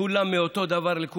לכולם אותו דבר, לכולם,